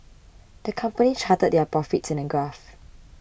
the company charted their profits in a graph